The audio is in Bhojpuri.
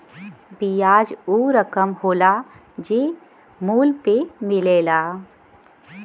बियाज ऊ रकम होला जे मूल पे मिलेला